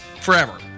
forever